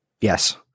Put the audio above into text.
Yes